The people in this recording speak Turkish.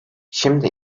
şimdi